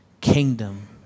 kingdom